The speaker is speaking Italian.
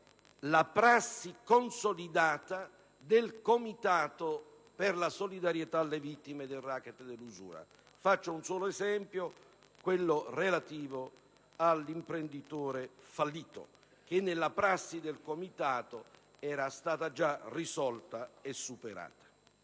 la prassi consolidata del Comitato per la solidarietà alle vittime del racket e dell'usura. Faccio un solo esempio, quello relativo all'imprenditore fallito che nella prassi del Comitato era stato già risolto e superato.